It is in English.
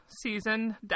season